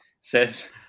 says